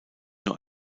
nur